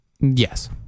Yes